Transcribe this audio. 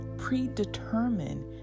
predetermine